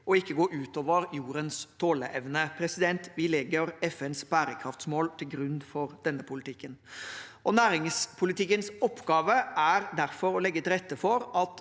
og ikke gå ut over jordens tåleevne. Vi legger FNs bærekraftsmål til grunn for denne politikken. Næringspolitikkens oppgave er derfor å legge til rette for at